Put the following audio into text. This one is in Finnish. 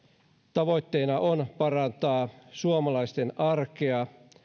tavoitteena on parantaa suomalaisten arkea